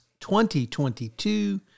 2022